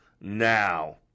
now